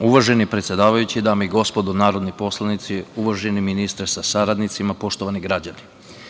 Uvaženi predsedavajući, dame i gospodo narodni poslanici, uvaženi ministre sa saradnicima, poštovani građani,